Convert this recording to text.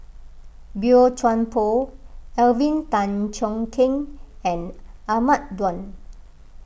Boey Chuan Poh Alvin Tan Cheong Kheng and Ahmad Daud